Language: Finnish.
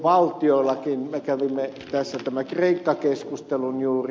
me kävimme tässä tämän kreikka keskustelun juuri